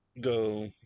go